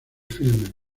filme